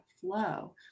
flow